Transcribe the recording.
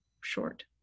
short